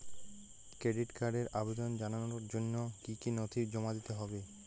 Credit কার্ডের আবেদন জানানোর জন্য কী কী নথি জমা দিতে হবে?